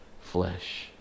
flesh